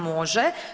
Može.